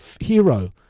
hero